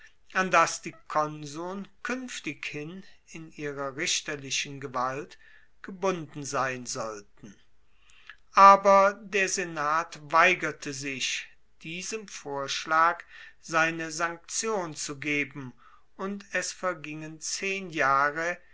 an das die konsuln kuenftighin in ihrer richterlichen gewalt gebunden sein sollten aber der senat weigerte sich diesem vorschlag seine sanktion zu geben und es vergingen zehn jahre